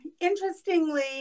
interestingly